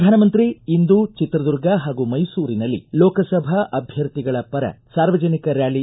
ಪ್ರಧಾನಮಂತ್ರಿ ಇಂದು ಚಿತ್ರದುರ್ಗ ಹಾಗೂ ಮೈಸೂರಿನಲ್ಲಿ ಲೋಕಸಭಾ ಅಭ್ವರ್ಥಿಗಳ ಪರ ಸಾರ್ವಜನಿಕ ರ್ಕಾಲಿ